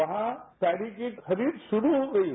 वहां पैडी की खरीद शुरू हो गई है